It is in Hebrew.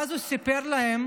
ואז הוא סיפר להם